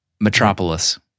Metropolis